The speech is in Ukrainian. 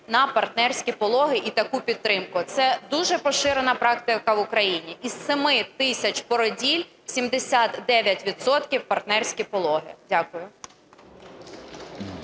на партнерські пологи і таку підтримку. Це дуже поширена практика в Україні. Із 7 тисяч породіль 79 відсотків – партнерські пологи. Дякую.